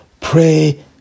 Pray